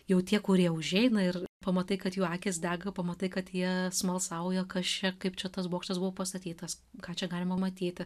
jau tie kurie užeina ir pamatai kad jų akys dega pamatai kad jie smalsauja kas čia kaip čia tas bokštas buvo pastatytas ką čia galima matyti